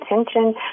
attention